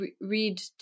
read